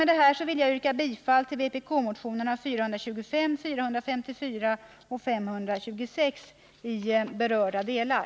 Med detta vill jag yrka bifall till vpk-motionerna 425, 454 och 526 i berörda delar.